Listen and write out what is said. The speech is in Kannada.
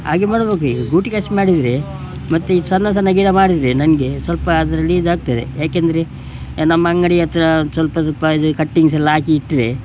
ಹಾಗೆ ಮಾಡಬೇಕು ಈಗ ಗೂಟಿಗೆ ಖರ್ಚು ಮಾಡಿದರೆ ಮತ್ತು ಈ ಸಣ್ಣ ಸಣ್ಣ ಗಿಡ ಮಾಡಿದರೆ ನನಗೆ ಸ್ವಲ್ಪ ಅದರಲ್ಲಿ ಇದಾಗ್ತದೆ ಯಾಕೆಂದರೆ ನಮ್ಮ ಅಂಗಡಿಯ ಹತ್ರ ಒಂದು ಸ್ವಲ್ಪ ಸ್ವಲ್ಪ ಇದು ಕಟಿಂಗ್ಸೆಲ್ಲ ಹಾಕಿ ಇಟ್ಟರೆ